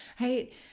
right